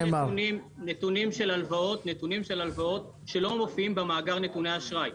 נתונים של הלוואות לא מופיעים במאגר נתוני אשראי,